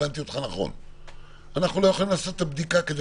אנחנו לא יכולים לעשות את הבדיקה כדי